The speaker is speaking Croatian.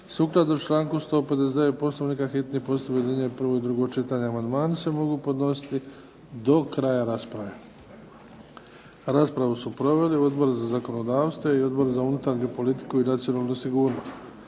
Sukladno članku 159. Poslovnika hitni postupak objedinjuje prvo i drugo čitanje. Amandmani se mogu podnositi do kraja rasprave. Raspravu su proveli Odbor za zakonodavstvo i Odbor za unutarnju politiku i nacionalnu sigurnost.